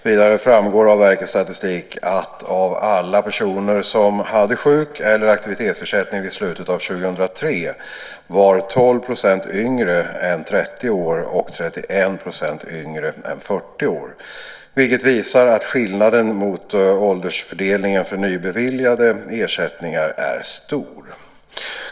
Vidare framgår av verkets statistik att av alla personer som hade sjuk eller aktivitetsersättning vid slutet av 2003 var 12 % yngre än 30 år och 31 % yngre än 40 år, vilket visar att skillnaden mot åldersfördelningen för nybeviljade ersättningar är stor.